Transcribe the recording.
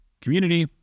community